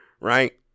right